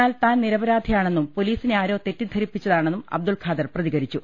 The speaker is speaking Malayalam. എന്നാൽ താൻ നിരപരാധിയാണെന്നും പൊലീസിനെ ആരോ തെറ്റിദ്ധരിപ്പിച്ചതാണെന്നും അബ്ദുൽ ഖാദർ പ്രതി കരിച്ചു